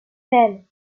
même